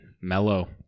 mellow